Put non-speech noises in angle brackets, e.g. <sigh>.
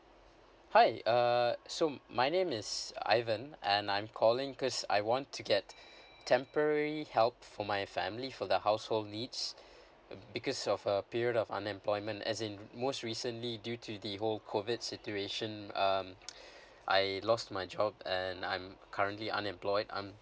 hi uh so my name is ivan and I'm calling because I want to get temporary help for my family for the household needs because of a period of unemployment as in most recently due to the whole COVID situation um <noise> I lost my job and I'm currently unemployed I'm